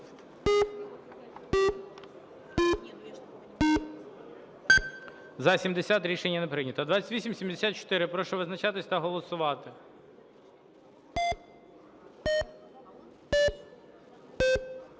За-64 Рішення не прийнято. 2894 – прошу визначатись та голосувати.